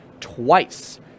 twice